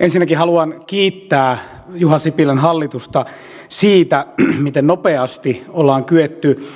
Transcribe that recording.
ensinnäkin haluan kiittää juha sipilän hallitusta siitä miten nopeasti ollaan kyetty